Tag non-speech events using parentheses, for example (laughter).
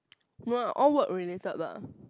(noise) all work related lah